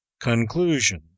Conclusion